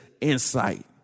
insight